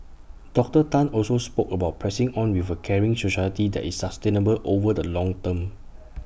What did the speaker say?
Doctor Tan also spoke about pressing on with A caring society that is sustainable over the long term